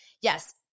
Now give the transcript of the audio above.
Yes